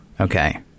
Okay